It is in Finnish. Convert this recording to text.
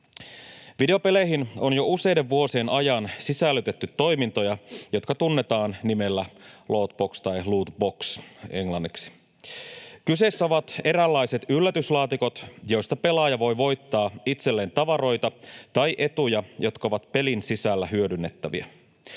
Videopeleihin on jo useiden vuosien ajan sisällytetty toimintoja, jotka tunnetaan nimellä loot box. Kyseessä ovat eräänlaiset yllätyslaatikot, joista pelaaja voi voittaa itselleen tavaroita tai etuja, jotka ovat pelin sisällä hyödynnettäviä.